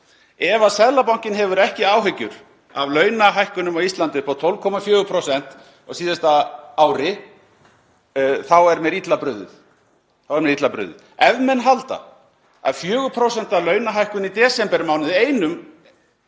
Ef Seðlabankinn hefur ekki áhyggjur af launahækkunum á Íslandi upp á 12,4% á síðasta ári þá er mér illa brugðið. Ef menn halda að 4% launahækkun í desembermánuði einum